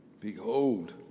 Behold